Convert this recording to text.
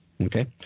Okay